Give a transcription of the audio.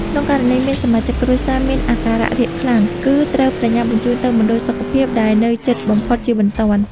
ក្នុងករណីមានសមាជិកគ្រួសារមានអាការៈរាកខ្លាំង គឺត្រូវប្រញាប់បញ្ជូនទៅមណ្ឌលសុខភាពដែលនៅជិតបំផុតជាបន្ទាន់។